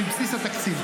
לבסיס התקציב.